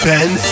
Ben